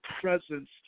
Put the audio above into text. presence